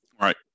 Right